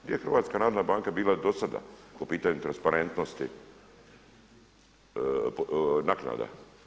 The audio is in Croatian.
Gdje je Hrvatska narodna banka bila do sada po pitanju transparentnosti naknada?